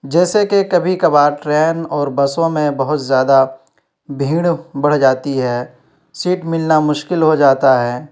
جیسے کہ کبھی کبھار ٹرین اور بسوں میں بہت زیادہ بھیڑ بڑھ جاتی ہے سیٹ ملنا مشکل ہو جاتا ہے